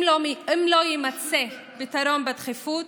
אם לא יימצא פתרון בדחיפות,